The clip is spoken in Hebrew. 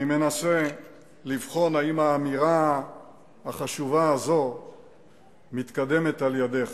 אני מנסה לבחון אם האמירה החשובה הזו מתקיימת על-ידיך.